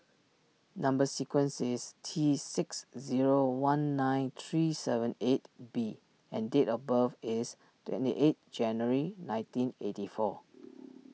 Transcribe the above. Number Sequence is T six zero one nine three seven eight B and date of birth is twenty eight January nineteen eighty four